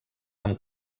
amb